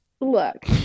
Look